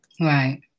Right